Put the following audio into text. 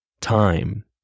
time